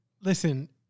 Listen